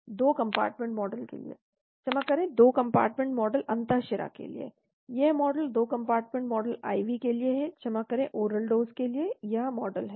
2 compartment model के लिए क्षमा करें 2 कंपार्टमेंट मॉडल अंतःशिरा के लिए यह मॉडल 2 कंपार्टमेंट मॉडल IV के लिए है क्षमा करें ओरल डोज़ के लिए यह मॉडल है